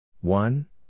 One